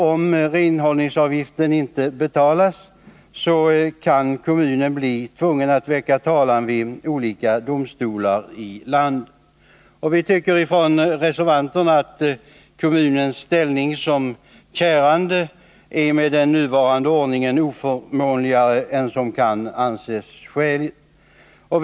Om renhållningsavgiften inte betalas, kan kommunen därför bli tvungen att väcka talan vid olika domstolar i landet. Vi reservanter tycker att kommunens ställning som kärande med nuvarande ordning är oförmånligare än vad som kan anses skäligt.